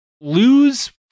lose